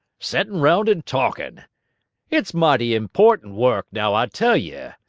settin round and talkin' it's mighty important work, now i tell ye.